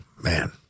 Man